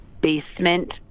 basement